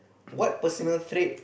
what personal trait